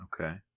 Okay